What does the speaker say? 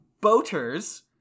boaters